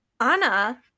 anna